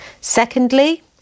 Secondly